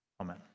amen